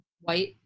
white